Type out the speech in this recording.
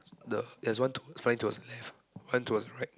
the there is one to one towards the left one towards the right